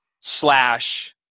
slash